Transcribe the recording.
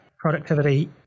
productivity